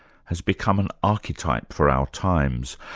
has become an archetype for our times,